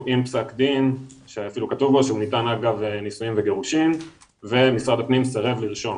בעצם זה פסק דין שניתן לצורכי נישואים וגירושים ואכן צריך לרשום